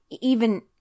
even